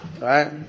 right